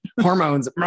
hormones